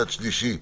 (ביטוח) (ביטוח סיעודי קבוצתי לחברי קופת חולים),